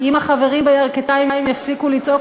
אם החברים בירכתיים יפסיקו לצעוק,